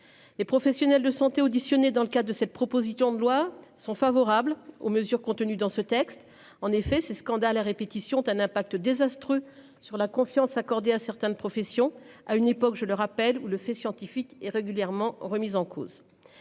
Les professionnels de santé auditionné dans le cas de cette proposition de loi sont favorables aux mesures contenues dans ce texte en effet ces scandales à répétition ont un impact désastreux sur la confiance accordée à certaines professions à une époque, je le rappelle ou le fait scientifique est régulièrement remise en cause.